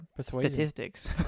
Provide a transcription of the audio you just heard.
statistics